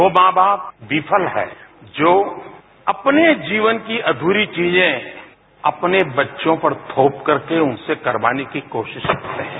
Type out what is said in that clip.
वो मां बाप विफल है जो अपने जीवन की अधूरी चीजें अपने बच्चों पर थोप करके उनसे करवाने की कोशिश कर रहे हैं